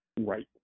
Right